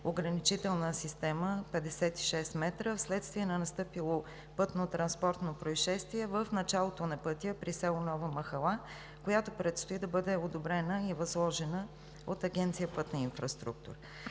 ограничителна система 56 м вследствие на настъпило пътнотранспортно произшествие в началото на пътя при село Нова махала, която предстои да бъде одобрена и възложена от Агенция „Пътна инфраструктура“.